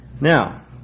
Now